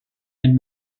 and